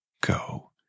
go